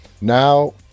Now